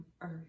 earth